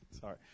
sorry